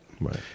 right